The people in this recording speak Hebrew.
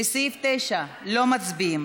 לסעיף 9, לא מצביעים.